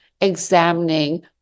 examining